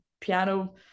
piano